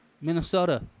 Minnesota